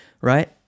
Right